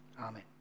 Amen